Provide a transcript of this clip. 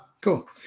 Cool